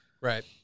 Right